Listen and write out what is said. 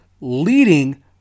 leading